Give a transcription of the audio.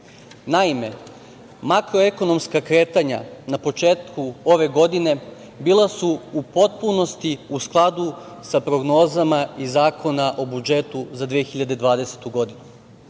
Naime, makroekonomska kretanja na početku ove godine bila su u potpunosti u skladu sa prognozama i Zakona o budžetu za 2020.